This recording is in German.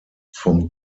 vom